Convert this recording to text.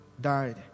died